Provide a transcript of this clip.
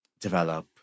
develop